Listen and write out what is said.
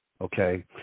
okay